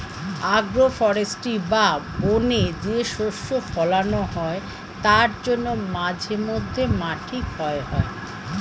agro forestry বা বনে যে শস্য ফোলানো হয় তার জন্য মাঝে মধ্যে মাটি ক্ষয় হয়